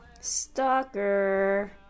Stalker